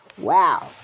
Wow